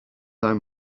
i’m